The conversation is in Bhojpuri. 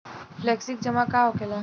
फ्लेक्सि जमा का होखेला?